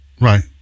Right